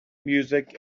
music